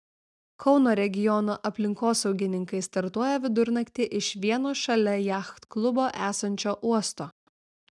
kauno regiono aplinkosaugininkai startuoja vidurnaktį iš vieno šalia jachtklubo esančio uosto